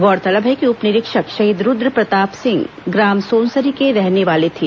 गौरतलब है कि उप निरीक्षक शहीद रूद्रप्रताप सिंह ग्राम सोनसरी के रहने वाले थे